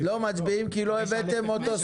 לא מצביעים כי לא הבאתם את הנוסח הסופי.